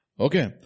Okay